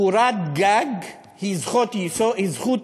קורת גג היא זכות יסוד,